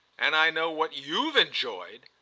and i know what you've enjoyed.